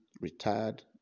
retired